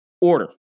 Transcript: order